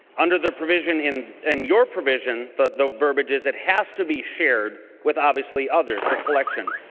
under the provision in and your provision the the verbiage is it has to be shared with obviously others for collection.